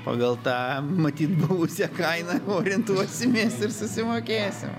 pagal tą matyt buvusią kainą orientuosimės ir susimokėsim